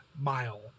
mile